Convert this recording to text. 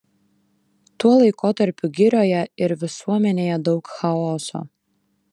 tuo laikotarpiu girioje ir visuomenėje daug chaoso